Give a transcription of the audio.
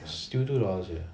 still two dollars only